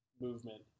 movement